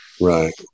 Right